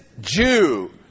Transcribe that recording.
Jew